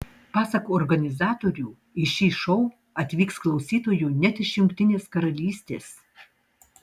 pasak organizatorių į šį šou atvyks klausytojų net iš jungtinės karalystės